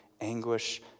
anguish